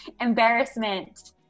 embarrassment